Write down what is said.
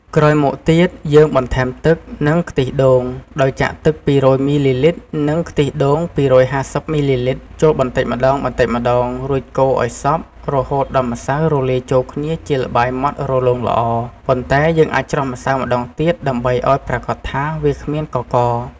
ក្រោយមកទៀត យើងបន្ថែមទឹក និងខ្ទិះដូង ដោយចាក់ទឹក ២០០ មីលីលីត្រ និងខ្ទិះដូង ២៥០ មីលីលីត្រ ចូលបន្តិចម្ដងៗ រួចកូរឱ្យសព្វ រហូតដល់ម្សៅរលាយចូលគ្នាជាល្បាយម៉ដ្ដរលោងល្អ ប៉ុន្តែយើងអាចច្រោះម្សៅម្ដងទៀតដើម្បីឱ្យប្រាកដថាវាគ្មានកករ។